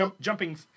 Jumping